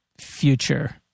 future